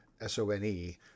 S-O-N-E